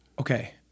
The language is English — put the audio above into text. Okay